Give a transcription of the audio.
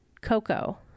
Coco